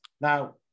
now